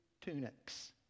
tunics